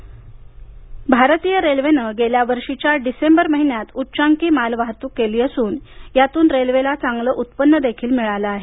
railway मालवाहतूक भारतीय रेल्वेनं गेल्या वर्षीच्या डिसेंबर महिन्यात उच्चांकी मालवाहतूक केली असून यातून रेल्वेला चांगलं उत्पन्न देखील मिळालं आहे